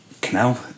canal